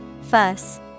Fuss